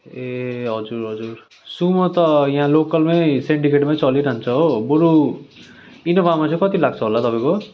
ए हजुर हजुर सुमो त यहाँ लोकलमै सिन्डिकेटमै चलिरहन्छ हो बरु इनोभामा चाहिँ कति लाग्छ होला तपाईँको